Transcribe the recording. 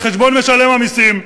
על חשבון משלם המסים,